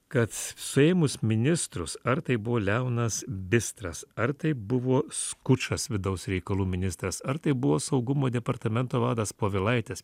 kad suėmus ministrus ar tai buvo leonas bistras ar tai buvo skučas vidaus reikalų ministras ar tai buvo saugumo departamento vadas povilaitis